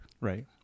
Right